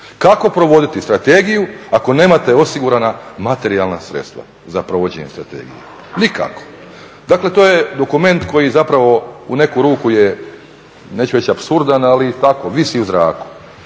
Kako provoditi strategiju ako nemate osigurana materijalna sredstva za provođenje strategije? Nikako. Dakle to je dokument koji zapravo u neku ruku je, neću reći apsurdan ali tako visi u zraku.